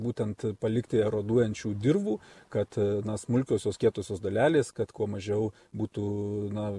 būtent palikti eroduojančių dirvų kad na smulkiosios kietosios dalelės kad kuo mažiau būtų na